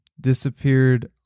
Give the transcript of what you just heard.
disappeared